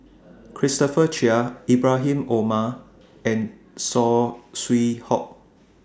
Christopher Chia Ibrahim Omar and Saw Swee Hock